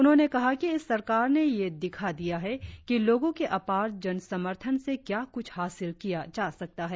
उन्होंने कहा कि इस सरकार ने यह दिखा दिया है कि लोगों के अपार जनसमर्थन से क्या कुछ हासिल किया जा सकता है